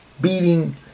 beating